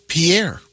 Pierre